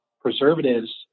preservatives